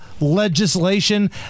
legislation